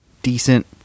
Decent